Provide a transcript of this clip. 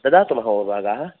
ददातु महोभागः